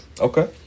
Okay